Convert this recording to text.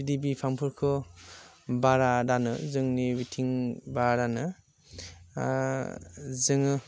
बिदि बिफांफोरखौ बारा दानो जोंनि बिथिं बारानो जोङो